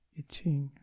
itching